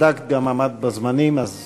צדקת, גם עמדת בזמנים, אז